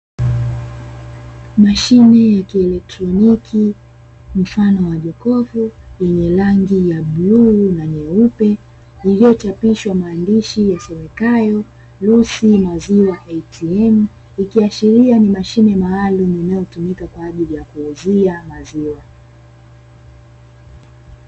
Mashine ya kielotroniki mfano wa jokofu yenye rangi ya bluu na nyeupe, iliyochapishwa maandishi yasomekayo "LUCY" maziwa "ATM", ikiashiria ni mashine maalumu inayotumika kwa ajili ya kuuzia maziwa.